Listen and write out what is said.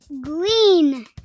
Green